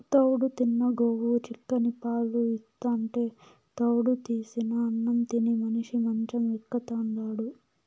తౌడు తిన్న గోవు చిక్కని పాలు ఇస్తాంటే తౌడు తీసిన అన్నం తిని మనిషి మంచం ఎక్కుతాండాడు